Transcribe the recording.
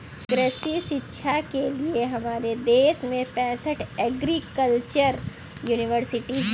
कृषि शिक्षा के लिए हमारे देश में पैसठ एग्रीकल्चर यूनिवर्सिटी हैं